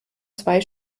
zwei